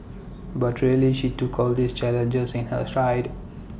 but really she took all these challenges in her stride